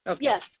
Yes